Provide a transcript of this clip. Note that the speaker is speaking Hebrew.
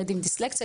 ילדים עם דיסלקציה,